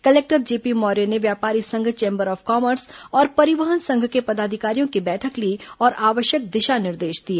collector JP Maurya ने व्यापारी संघ चेंबर ऑफ कॉमर्स और परिवहन संघ के पदाधिकारियों की बैठक ली और आवश्यक दिशा निर्देश दिए